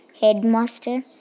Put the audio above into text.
headmaster